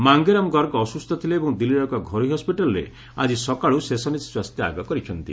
ମାଙ୍ଗେରାମ୍ ଗର୍ଗ ଅସୁସ୍ଥ ଥିଲେ ଏବଂ ଦିଲ୍ଲୀର ଏକ ଘରୋଇ ହସ୍କିଟାଲ୍ରେ ଆଜି ସକାଳୁ ଶେଷ ନିଃଶ୍ୱାସ ତ୍ୟାଗ କରିଛନ୍ତି